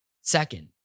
Second